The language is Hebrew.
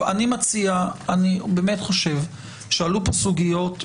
אני באמת חושב שעלו פה סוגיות מהותיות.